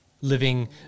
living